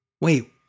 Wait